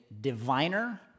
diviner